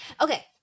Okay